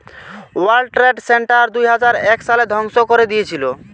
world trade center দুইহাজার এক সালে ধ্বংস করে দিয়েছিলো